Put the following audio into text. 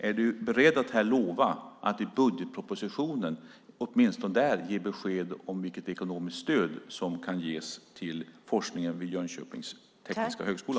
Är du beredd att här lova att åtminstone i budgetpropositionen ge besked om vilket ekonomiskt stöd som kan ges till forskningen vid Jönköpings tekniska högskola?